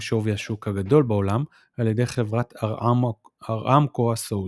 שווי שוק הגדול בעולם על ידי חברת עראמקו הסעודית.